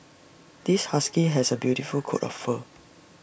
this husky has A beautiful coat of fur